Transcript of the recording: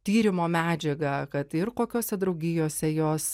tyrimo medžiagą kad ir kokiose draugijose jos